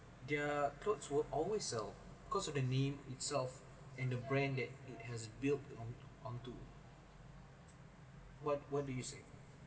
their clothes were always sell because of the name itself and the brand that it has built on onto what what do you say